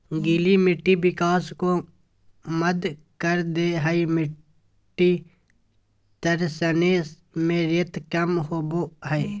गीली मिट्टी विकास को मंद कर दे हइ मिटटी तरसने में रेत कम होबो हइ